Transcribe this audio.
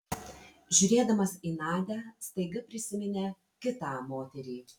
žiūrėdamas į nadią staiga prisiminė kitą moterį